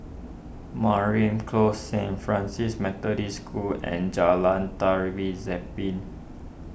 Mariam Close Saint Francis Methodist School and Jalan Tari Zapin